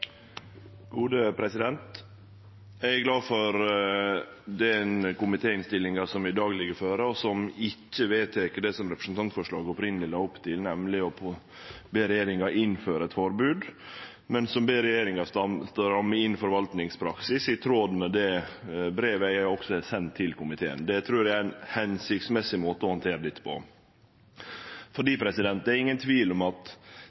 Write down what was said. glad for den komitéinnstillinga som i dag ligg føre, og som ikkje vedtek det som representantforslaget opphavleg la opp til, nemleg å be regjeringa innføre eit forbod, men som ber regjeringa stramme inn forvaltningspraksisen, i tråd med det brevet eg har sendt til komiteen. Det trur eg er ein hensiktsmessig måte å handtere dette på. Det er ingen tvil om at